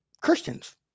Christians